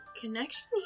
connection